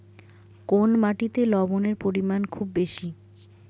কোন মাটিতে লবণের পরিমাণ খুব বেশি?